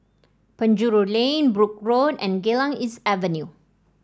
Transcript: Penjuru Lane Brooke Road and Geylang East Avenue